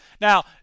Now